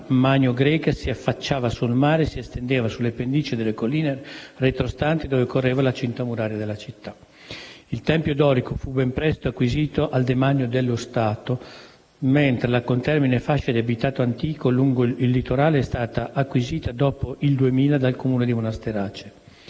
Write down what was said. Il tempio dorico fu ben presto acquisito al Demanio dello Stato, mentre la contermine fascia di abitato antico lungo il litorale è stata acquisita dopo il 2000 dal Comune di Monasterace.